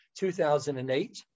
2008